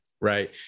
Right